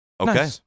Okay